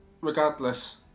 regardless